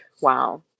wow